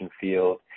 field